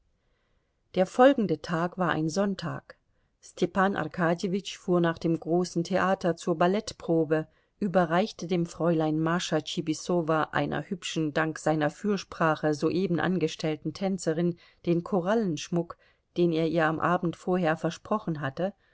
der folgende tag war ein sonntag stepan arkadjewitsch fuhr nach dem großen theater zur ballettprobe überreichte dem fräulein mascha tschibisowa einer hübschen dank seiner fürsprache soeben angestellten tänzerin den korallenschmuck den er ihr am abend vorher versprochen hatte